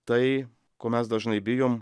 tai ko mes dažnai bijom